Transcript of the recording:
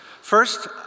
First